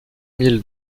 mille